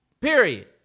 Period